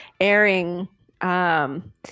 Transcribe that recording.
airing